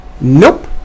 nope